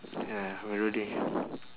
ya already